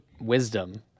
wisdom